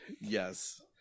Yes